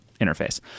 interface